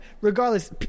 Regardless